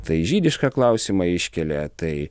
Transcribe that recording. tai žydišką klausimą iškelia tai